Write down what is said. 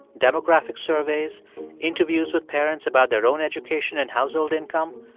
demographic surveys interviews with parents about their own education and household income.